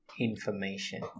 information